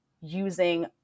using